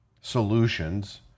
solutions